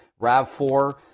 RAV4